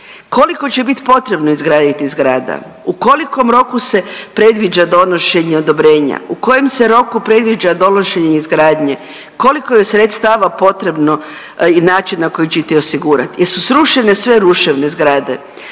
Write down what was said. Koliko će bit potrebno izgraditi zgrada? U kolikom roku se predviđa donošenje odobrenja? U kojem se roku predviđa donošenje izgradnje? Koliko je sredstava potrebno i način na koji ćete ih osigurati? Jesu srušene sve ruševne zgrade?